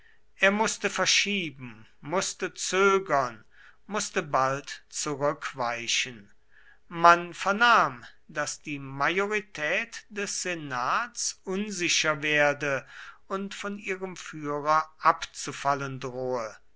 er mußte verschieben mußte zögern mußte bald zurückweichen man vernahm daß die majorität des senats unsicher werde und von ihrem führer abzufallen drohe